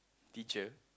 teacher